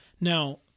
Now